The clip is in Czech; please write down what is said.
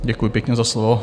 Děkuji pěkně za slovo.